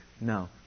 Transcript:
No